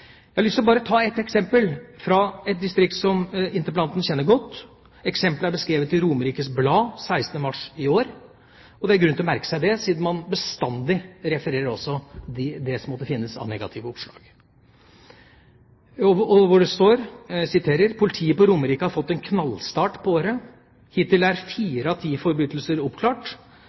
Jeg har lyst til å ta et eksempel fra et distrikt som interpellanten kjenner godt. Det er fra Romerikes Blad 16. mars i år. Det er grunn til å merke seg det, siden man bestandig refererer til det som måtte finnes av negative oppslag. Der står det: «Politiet på Romerike har fått en knallstart på året. Hittil er fire av ti forbrytelser oppklart.